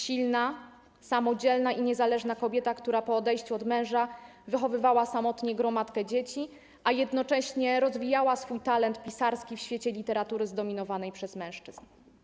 Silna, samodzielna i niezależna kobieta, która po odejściu od męża wychowywała samotnie gromadkę dzieci, a jednocześnie rozwijała swój talent pisarski w świecie literatury zdominowanym przez mężczyzn.